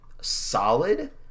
solid